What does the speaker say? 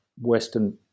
Western